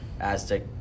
Aztec